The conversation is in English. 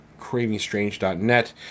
cravingstrange.net